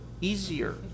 easier